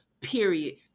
Period